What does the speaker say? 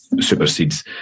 supersedes